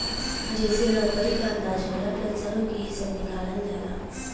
जइसे नउकरी क अंदाज होला, पेन्सनो के हिसब निकालल जाला